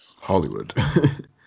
Hollywood